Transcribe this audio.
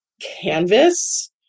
Canvas